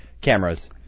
cameras